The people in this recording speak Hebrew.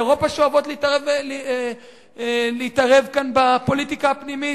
ממשלות באירופה שאוהבות להתערב כאן בפוליטיקה הפנימית.